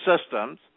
systems